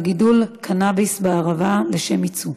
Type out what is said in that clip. גידול קנאביס בערבה לשם ייצוא.